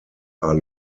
are